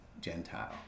Gentile